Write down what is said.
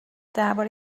درباره